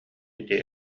ити